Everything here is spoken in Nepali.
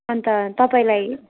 अन्त तपाईँलाई